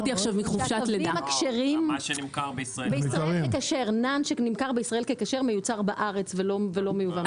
NAN שנמכר ככשר בישראל מיוצר בארץ ולא מיובא.